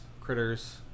critters